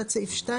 תת סעיף 2,